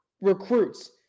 recruits